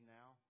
now